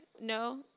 No